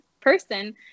person